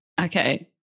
Okay